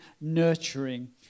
nurturing